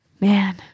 Man